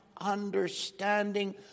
understanding